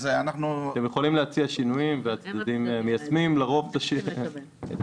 אנחנו -- אתם יכולים להציע שינויים והצדדים מיישמים לרוב את ההצעות.